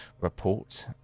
report